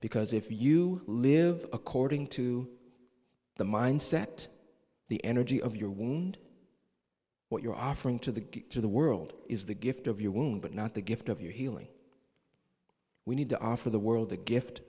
because if you live according to the mindset the energy of your wound what you're offering to the get to the world is the gift of your womb but not the gift of your healing we need to offer the world a gift